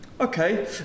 okay